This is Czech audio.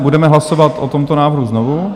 Budeme hlasovat o tomto návrhu znovu.